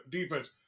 defense